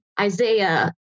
Isaiah